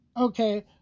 Okay